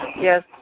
Yes